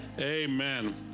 Amen